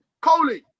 Coley